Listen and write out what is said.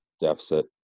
deficit